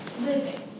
living